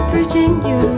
Virginia